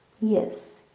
Yes